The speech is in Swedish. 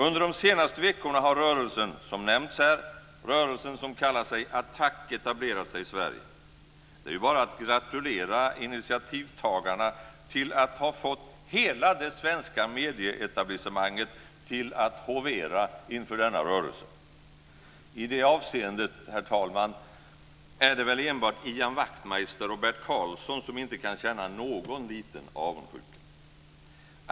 Under de senaste veckorna har rörelsen som nämnts här och som kallar sig ATTAC etablerat sig i Sverige. Det är ju bara att gratulera initiativtagarna till att ha fått hela det svenska medieetablissemanget till att hovera inför denna rörelse. I det avseendet, herr talman, är det väl enbart Ian Wachtmeister och Bert Karlsson som inte kan känna någon liten avundsjuka.